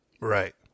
Right